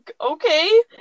okay